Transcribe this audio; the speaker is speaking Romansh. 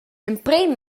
emprem